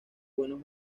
buenos